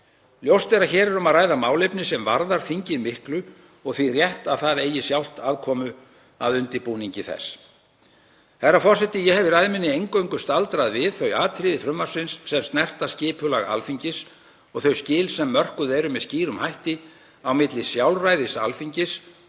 Ljóst er að hér er um að ræða málefni sem varðar þingið miklu og því rétt að það eigi sjálft aðkomu að undirbúningi þess. Herra forseti. Ég hef í ræðu minni eingöngu staldrað við þau atriði frumvarpsins sem snerta skipulag Alþingis og þau skil sem mörkuð eru með skýrum hætti á milli sjálfræðis Alþingis